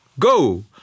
Go